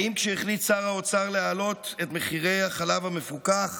האם כשהחליט שר האוצר להעלות את מחירי החלב המפוקח